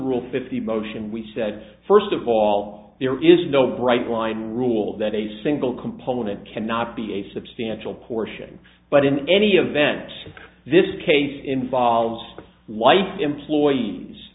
rule fifty motion we said first of all there is no bright line rule that a single component cannot be a substantial portion but in any event this case involves life employees